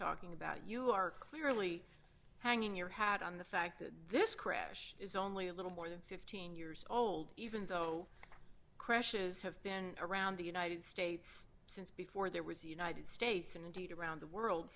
talking about you are clearly hanging your hat on the fact that this crash is only a little more than fifteen years old even though questions have been around the united states since before there was the united states and indeed around the world